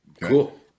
Cool